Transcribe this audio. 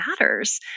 matters